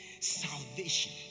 Salvation